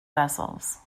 vessels